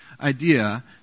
idea